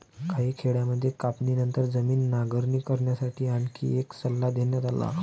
काही खेड्यांमध्ये कापणीनंतर जमीन नांगरणी करण्यासाठी आणखी एक सल्ला देण्यात आला